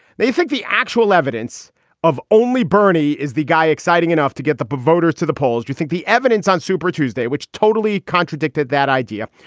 they think the actual evidence of only bernie is the guy exciting enough to get the but voters to the polls. you think the evidence on super tuesday, which totally contradicted that idea,